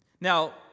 Now